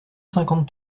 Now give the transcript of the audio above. cinquante